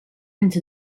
into